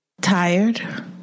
tired